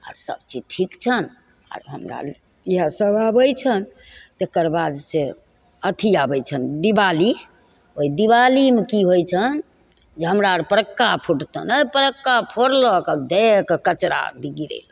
आर सबचीज ठीक छनि आर हमरा लेल ईएह सब आबय छनि तकरबाद से अथी आबय छनि दीवाली ओइ दीवालीमे की होइ छनि जे हमरा अर फटक्का फुटतनि अइ फटक्का फोरलक आओर धए कऽ कचरा गिरल